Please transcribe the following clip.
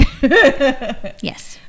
Yes